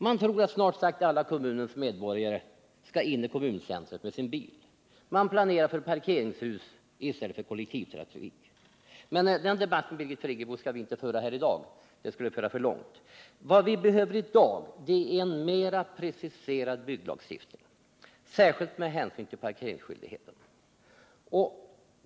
Man tror att snart sagt alla kommunens medborgare måste in i kommuncentret med sin bil. Man planerar för parkeringshus i stället för att planera för kollektivtrafik. Men så långt skall vi inte föra debatten här i dag. Vad som behövs i dag är en mer preciserad bygglagstiftning, särskilt med hänsyn till parkeringsskyldigheten.